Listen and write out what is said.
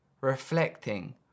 reflecting